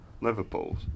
Liverpool's